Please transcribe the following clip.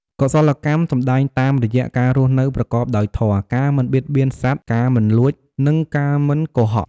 កុសលកម្មសម្តែងតាមរយះ ការរស់នៅប្រកបដោយធម៌ ការមិនបៀតបៀនសត្វ ការមិនលួច និងការមិនកុហក។